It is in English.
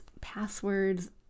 passwords